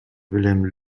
wilhelm